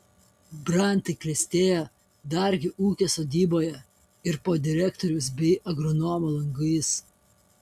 brantai klestėjo dargi ūkio sodyboje ir po direktoriaus bei agronomo langais